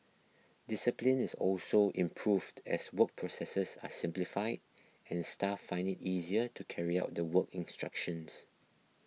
discipline is also improved as work processes are simplified and staff find it easier to carry out the work instructions